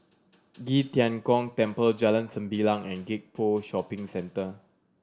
Qi Tian Gong Temple Jalan Sembilang and Gek Poh Shopping Centre